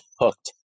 hooked